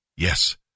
Yes